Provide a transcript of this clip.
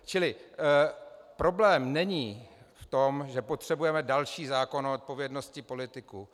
Čili problém není v tom, že potřebujeme další zákon o odpovědnosti politiků.